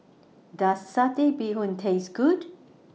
Does Satay Bee Hoon Taste Good